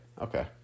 Okay